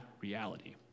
reality